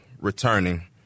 returning